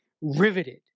riveted